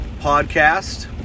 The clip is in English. podcast